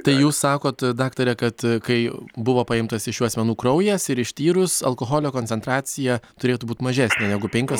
tai jūs sakot daktare kad kai buvo paimtas iš šių asmenų kraujas ir ištyrus alkoholio koncentracija turėtų būt mažesnė negu penkios